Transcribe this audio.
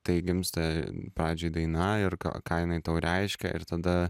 tai gimsta pradžioj daina ir ką jinai tau reiškia ir tada